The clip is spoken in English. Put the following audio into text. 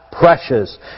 precious